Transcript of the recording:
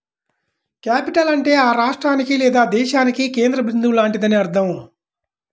capital అంటే ఆ రాష్ట్రానికి లేదా దేశానికి కేంద్ర బిందువు లాంటిదని అర్థం